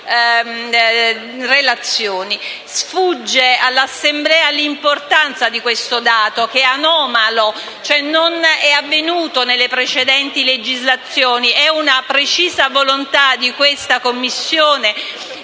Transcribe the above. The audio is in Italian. Sfugge all'Assemblea l'importanza di questo dato, che è anomalo, in quanto non presente nelle precedenti legislazioni. È precisa volontà di questa Commissione